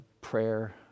prayer